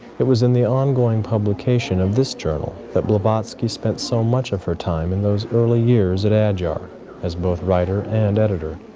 it was in the ongoing publication of this journal that blavatsky spent so much of her time in those early years at adyar as both writer and editor